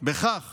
בכך